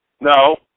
No